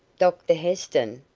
doctor heston?